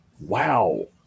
Wow